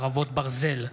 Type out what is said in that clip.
חרבות ברזל)